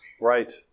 Right